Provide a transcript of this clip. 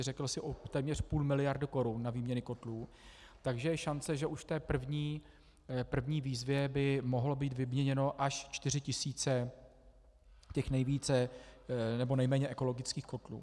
Řekl si o téměř půl miliardy korun na výměny kotlů, takže je šance, že už v té první výzvě by mohlo být vyměněno až 4 000 těch nejvíce nebo nejméně ekologických kotlů.